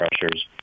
pressures